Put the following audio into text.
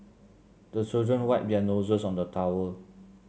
the children wipe their noses on the towel